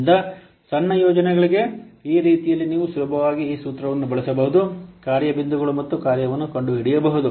ಆದ್ದರಿಂದ ಸಣ್ಣ ಯೋಜನೆಗಳಿಗೆ ಈ ರೀತಿಯಲ್ಲಿ ನೀವು ಸುಲಭವಾಗಿ ಈ ಸೂತ್ರವನ್ನು ಬಳಸಬಹುದು ಕಾರ್ಯ ಬಿಂದುಗಳು ಮತ್ತು ಗಾತ್ರವನ್ನು ಕಂಡುಹಿಡಿಯಬಹುದು